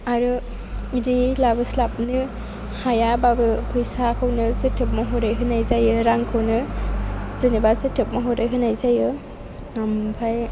आरो बिदि लाबोस्लाबनो हायाबाबो फैसाखौनो जोथोब महरै होनाय जायो रांखौनो जेनेबा जोथोब महरै होनाय जायो ओमफ्राय